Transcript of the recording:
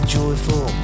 joyful